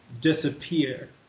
disappear